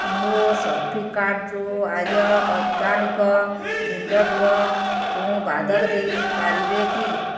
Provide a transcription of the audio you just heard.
ମୋ ସପିଂ କାର୍ଟ୍ରୁ ଆଜ ଅର୍ଗାନିକ ଗୁଣ୍ଡ ଗୁଡ଼ କୁ ବାଦ ଦେଇପାରିବେ କି